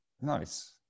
Nice